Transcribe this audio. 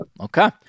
okay